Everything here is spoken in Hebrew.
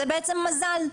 זה בעצם מזל,